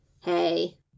Hey